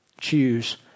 choose